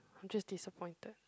I'm just disappointed